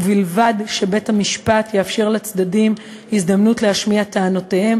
ובלבד שבית-המשפט יאפשר לצדדים הזדמנות להשמיע טענותיהם